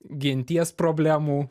genties problemų